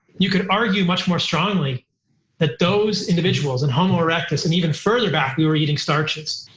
you could argue much more strongly that those individuals and homo erectus and even further back we were eating starches.